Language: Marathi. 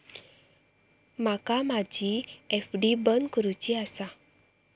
माका माझी एफ.डी बंद करुची आसा